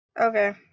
Okay